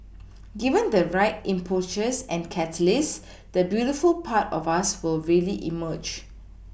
given the right impetus and catalyst the beautiful part of us will really emerge